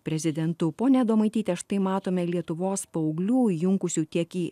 prezidentu ponia adomaityte štai matome lietuvos paauglių įjunkusių tiek į